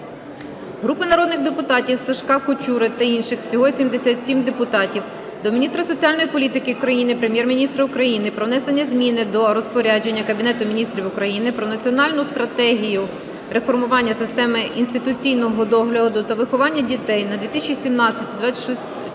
Групи народних депутатів (Сушка, Качури та інших. Всього 77 депутатів) до міністра соціальної політики України, Прем'єр-міністра України про внесення зміни до розпорядження Кабінету Міністрів України "Про Національну стратегію реформування системи інституційного догляду та виховання дітей на 2017 - 2026 роки